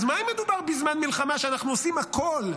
אז מה אם מדובר בזמן מלחמה ואנחנו עושים הכול,